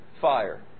fire